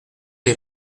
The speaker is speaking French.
les